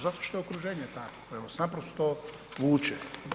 Zato što je okruženje takvo koje vas naprosto vuče.